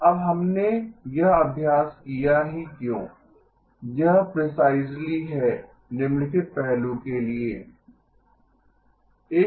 अब हमने यह अभ्यास किया ही क्यों यह प्रीसाइसलि है निम्नलिखित पहलू के लिए